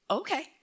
okay